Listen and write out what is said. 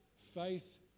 faith